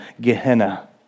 Gehenna